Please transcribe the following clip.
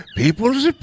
people's